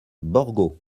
borgo